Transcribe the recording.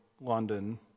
london